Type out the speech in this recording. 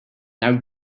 now